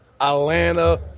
Atlanta